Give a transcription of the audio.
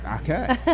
Okay